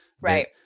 right